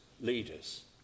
leaders